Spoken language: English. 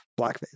blackface